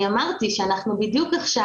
אני אמרתי שאנחנו בדיוק עכשיו,